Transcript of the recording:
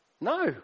No